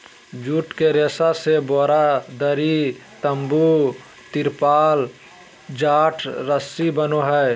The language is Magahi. जुट के रेशा से बोरा, दरी, तम्बू, तिरपाल, टाट, रस्सी बनो हइ